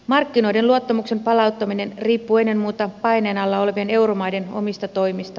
markkinoiden luottamuksen palauttaminen riippuu ennen muuta paineen alla olevien euromaiden omista toimista